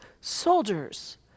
soldiers